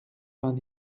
vingt